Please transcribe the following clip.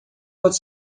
pode